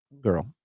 girl